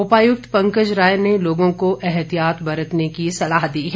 उपायुक्त पंकज राय ने लोगों को एहतियात बरतने की सलाह दी है